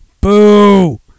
boo